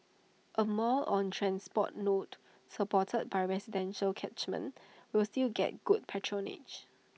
A mall on transport node supported by residential catchment will still get good patronage